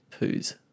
poos